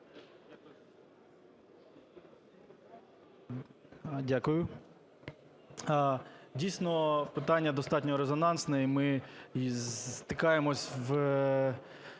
Дякую. Дійсно, питання достатньо резонансне, і ми стикаємося в